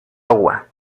iowa